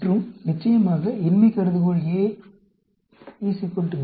மற்றும் நிச்சயமாக இன்மை கருதுகோள் என்பது A B